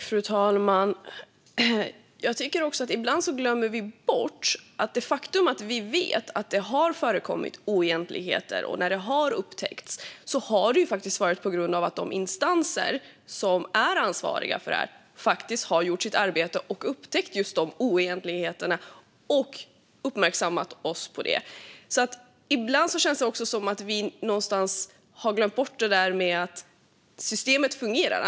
Fru talman! Ibland glömmer vi bort att det faktum att vi vet att det har förekommit oegentligheter och att det har upptäckts faktiskt beror på att de instanser som är ansvariga för det har gjort sitt arbete - de har upptäckt just de oegentligheterna och uppmärksammat oss på dem. Ibland känns det som att vi har glömt bort att systemet fungerar.